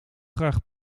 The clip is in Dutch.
graag